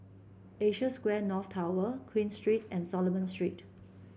Asia Square North Tower Queen Street and Solomon Street